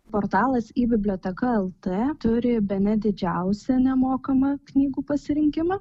portalas i biblioteka lt turi bene didžiausią nemokamą knygų pasirinkimą